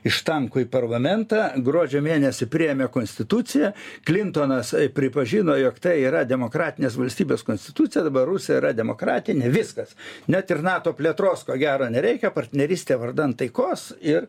iš tankų į parlamentą gruodžio mėnesį priėmė konstituciją klintonas pripažino jog tai yra demokratinės valstybės konstitucija dabar rusai yra demokratinė viskas net ir nato plėtros ko gero nereikia partnerystė vardan taikos ir